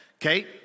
okay